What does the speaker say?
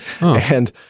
and-